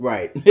Right